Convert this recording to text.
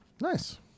Nice